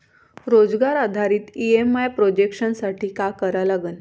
रोजगार आधारित EMI projection साठी का करा लागन?